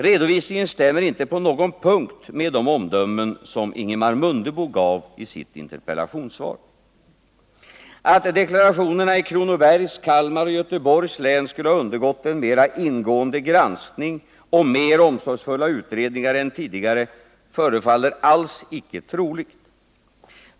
Redovisningen stämmer inte på någon punkt med de omdömen som Ingemar Mundebo gav i sitt interpellationssvar. Att deklarationerna i Kronobergs, Kalmar och Göteborgs och Bohus län skulle ha undergått en mera ingående granskning och mer omsorgsfulla utredningar än tidigare förefaller alls icke troligt.